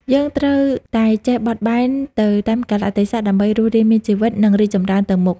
យើងត្រូវតែចេះបត់បែនទៅតាមកាលៈទេសៈ ដើម្បីរស់រានមានជីវិត និងរីកចម្រើនទៅមុខ។